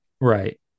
Right